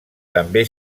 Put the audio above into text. també